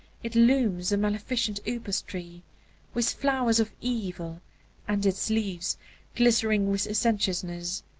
it looms a maleficent upas-tree, with flowers of evil and its leaves glistering with sensuousness.